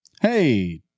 Hey